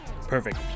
Perfect